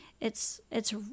it's—it's